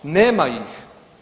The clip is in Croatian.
Nema ih.